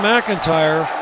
McIntyre